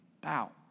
bow